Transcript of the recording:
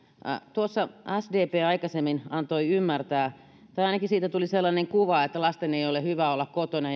sdp tuossa aikaisemmin antoi ymmärtää tai ainakin siitä tuli sellainen kuva että lasten ei ei ole hyvä olla kotona